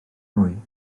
mwy